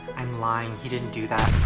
i'm lying. he didn't do that.